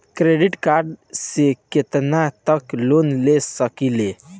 Credit card से कितना तक लोन ले सकईल?